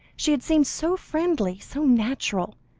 she had seemed so friendly, so natural,